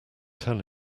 tell